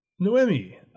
Noemi